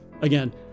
again